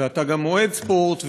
ואתה גם אוהד ספורט,